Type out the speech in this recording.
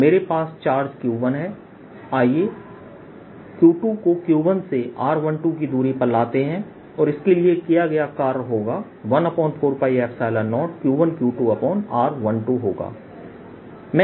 तो मेरे पास चार्जQ1 है आइए Q2 को Q1 से r12 की दूरी पर लाते हैं और इसके लिए किया गया कार्य होगा 140Q1Q2r12 होगा